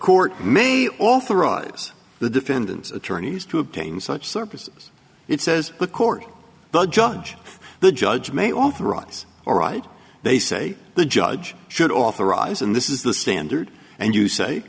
court may authorize the defendant's attorneys to obtain such services it says the court the judge the judge may authorize or right they say the judge should authorize and this is the standard and you say